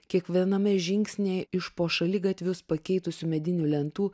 kiekviename žingsnyje iš po šaligatvius pakeitusių medinių lentų